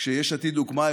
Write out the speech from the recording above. כשיש עתיד הוקמה,